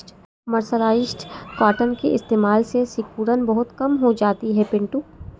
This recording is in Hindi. मर्सराइज्ड कॉटन के इस्तेमाल से सिकुड़न बहुत कम हो जाती है पिंटू